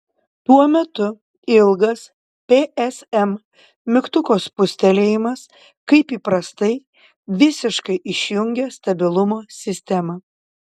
tuo metu ilgas psm mygtuko spustelėjimas kaip įprastai visiškai išjungia stabilumo sistemą